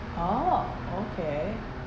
orh okay